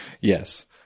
Yes